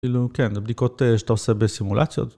כאילו כן, הבדיקות שאתה עושה בסימולציות?